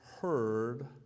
heard